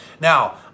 Now